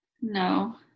No